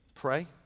pray